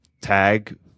tag